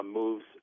moves